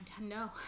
no